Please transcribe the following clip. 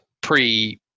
pre